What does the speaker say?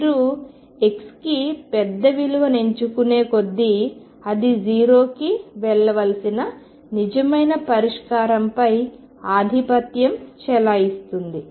మీరు xకి పెద్ద విలువని ఎంచుకునే కొద్దీ అది 0కి వెళ్లవలసిన నిజమైన పరిష్కారంపై ఆధిపత్యం చెలాయిస్తుంది